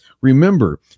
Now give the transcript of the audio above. remember